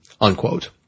unquote